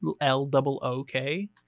L-double-O-K